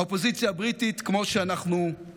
האופוזיציה הבריטית הבטיחה,